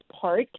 Park